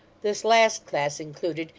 this last class included,